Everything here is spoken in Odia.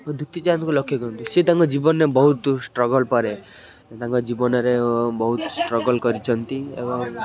ଦୁତି ଚାନ୍ଦକୁ ଲକ୍ଷ୍ୟ କରନ୍ତୁ ସିଏ ତାଙ୍କ ଜୀବନରେ ବହୁତ ଷ୍ଟ୍ରଗଲ୍ ପରେ ତାଙ୍କ ଜୀବନରେ ବହୁତ ଷ୍ଟ୍ରଗଲ୍ କରିଛନ୍ତି ଏବଂ